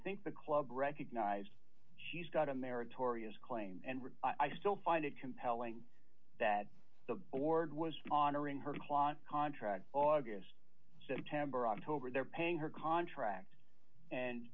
think the club recognized she's got a meritorious claim and i still find it compelling that the board was honoring her client contract august september october they're paying her contract and